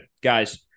guys